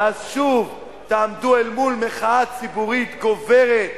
ואז שוב תעמדו אל מול מחאה ציבורית גוברת,